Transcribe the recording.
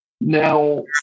Now